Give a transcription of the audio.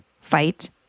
fight